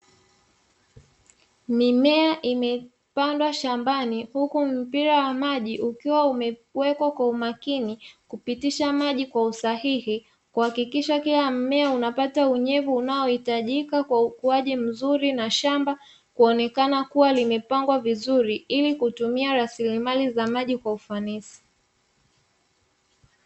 Mimea imepandwa shambani, huku mpira wa maji ukiwa umewekwa kwa umakini kupitisha maji kwa usahihi, kuhakikisha kila mmea unapata unyevu unaohitajika kwa ukuaji mzuri na shamba kuonekana kuwa limepangwa vizuri ili kutumia rasilimali ya maji kwa ufanisi.